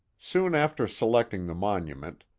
soon after selecting the monument,